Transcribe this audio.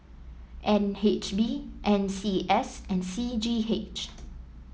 N H B N C S and C G H